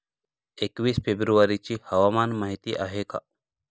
एकवीस फेब्रुवारीची हवामान माहिती आहे का?